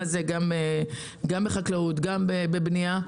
הן בחקלאות והן בבנייה.